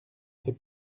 fait